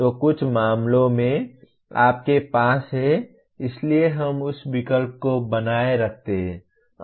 तो कुछ मामलों में आपके पास है इसलिए हम उस विकल्प को बनाए रखते हैं